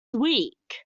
week